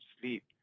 sleep